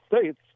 States